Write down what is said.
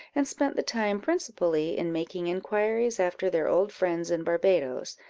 and spent the time principally in making inquiries after their old friends in barbadoes,